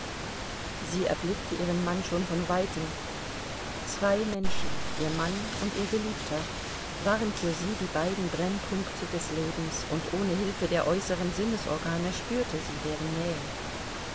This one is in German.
sie erblickte ihren mann schon von weitem zwei menschen ihr mann und ihr geliebter waren für sie die beiden brennpunkte des lebens und ohne hilfe der äußeren sinnesorgane spürte sie deren nähe